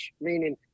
meaning